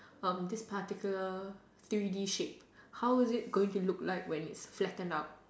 this particular three D shape how is it gonna look like when it is flattened out